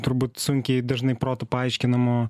turbūt sunkiai dažnai protu paaiškinamo